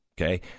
okay